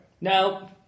No